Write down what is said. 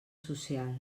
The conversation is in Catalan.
social